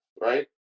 right